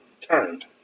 turned